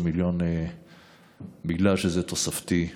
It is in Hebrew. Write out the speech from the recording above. בגלל שזה תוספתי,